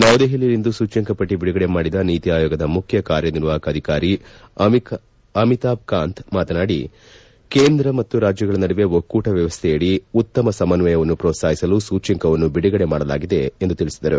ನವದೆಪಲಿಯಲ್ಲಿಂದು ಸೂಚ್ಚಂಕ ಪಟ್ಟಿ ಬಿಡುಗಡೆ ಮಾಡಿದ ನೀತಿ ಆಯೋಗದ ಮುಖ್ಯ ಕಾರ್ಯನಿರ್ವಾಹಕ ಅಧಿಕಾರಿ ಅಮಿತಾಬ್ ಕಾಂತ್ ಮಾತನಾಡಿ ಕೇಂದ್ರ ಮತ್ತು ರಾಜ್ಯಗಳ ನಡುವೆ ಒಕ್ಕೂಟ ವ್ಯವಸ್ಥೆಯಡಿ ಉತ್ತಮ ಸಮನ್ವಯವನ್ನು ಮೋತ್ಸಾಹಿಸಲು ಸೂಚ್ಯಂಕವನ್ನು ಬಿಡುಗಡೆ ಮಾಡಲಾಗಿದೆ ಎಂದು ತಿಳಿಸಿದರು